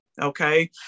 Okay